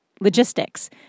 logistics